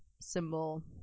symbol